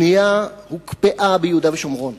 הבנייה הוקפאה ביהודה ושומרון.